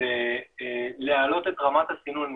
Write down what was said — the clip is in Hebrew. זה להעלות את רמת הסינון.